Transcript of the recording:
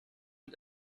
und